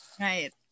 Right